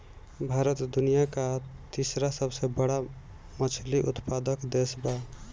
भारत दुनिया का तीसरा सबसे बड़ा मछली उत्पादक देश बा